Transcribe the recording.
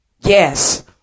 Yes